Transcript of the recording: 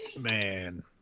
man